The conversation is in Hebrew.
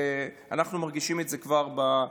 ואנחנו כבר מרגישים את זה בכיס.